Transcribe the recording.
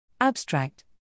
Abstract